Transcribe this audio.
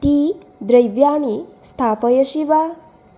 T द्रव्याणि स्थापयसि वा